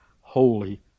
holy